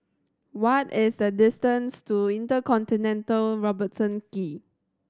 what is the distance to InterContinental Robertson Quay